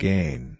Gain